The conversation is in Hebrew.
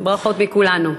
ברכות מכולנו.